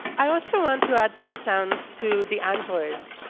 i also want to add some sounds to the androids,